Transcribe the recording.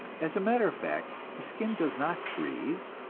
as a matter of fact, the skin does not breathe,